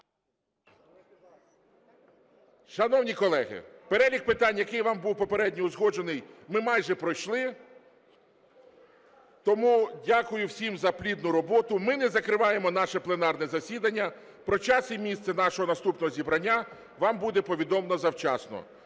Шановні колеги, перелік питань, який вами був попередньо узгоджений, ми майже пройшли, тому дякую всім за плідну роботу. Ми не закриваємо наше пленарне засідання, про час і місце нашого наступного зібрання, вам буде повідомлено завчасно.